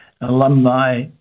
alumni